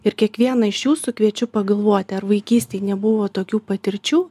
ir kiekvieną iš jūsų kviečiu pagalvoti ar vaikystėj nebuvo tokių patirčių